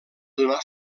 donar